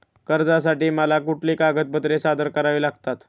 कर्जासाठी मला कुठली कागदपत्रे सादर करावी लागतील?